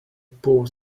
poor